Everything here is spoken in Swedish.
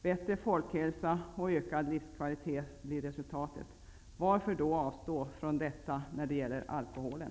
Bättre folkhälsa och ökad livskvalitet blir resultatet. Varför då avstå från detta när det gäller alkoholen?